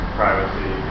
privacy